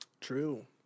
True